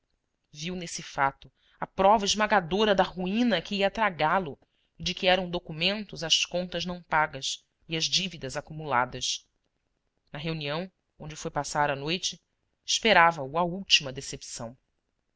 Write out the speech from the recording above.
viu nesse fato a prova esmagadora da ruína que ia tragá lo e de que eram documentos as contas não pagas e as dívidas acumuladas na reunião onde foi passar a noite esperava-o a última decepção